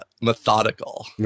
methodical